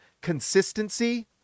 consistency